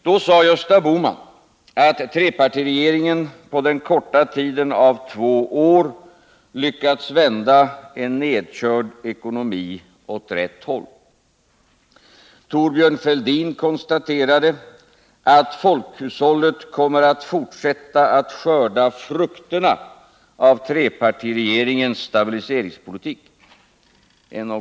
Då sade Gösta Bohman att trepartiregeringen på den korta tiden av två år lyckats vända en nedkörd ekonomi åt rätt håll. Thorbjörn Fälldin konstaterade, i en något tvetydig formulering, att folkhushållet kommer att fortsätta att skörda frukterna av trepartiregeringens stabiliseringspolitik.